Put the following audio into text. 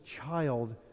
child